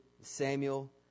Samuel